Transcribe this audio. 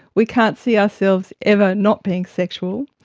we can't see ourselves ever not being sexual,